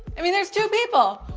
i mean there's two people!